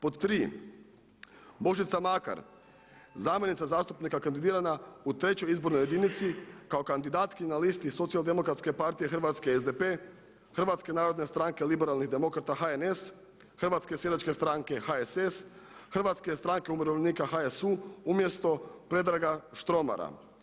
Pod 3. Božica Makar zamjenica zastupnika kandidirana u 3. izbornoj jedinici kao kandidatkinja na listi Socijal-demokratske partije Hrvatske SDP, Hrvatske narodne stranke Liberalnih demokrata HNS, Hrvatske seljačke stranke HSS, Hrvatske stranke umirovljenika HSU umjesto Predraga Štromara.